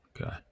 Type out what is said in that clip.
Okay